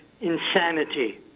insanity